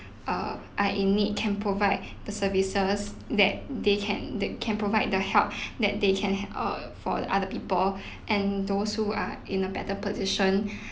err are in need can provide the services that they can the can provide the help that they can err for the other people and those who are in a better position